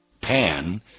Pan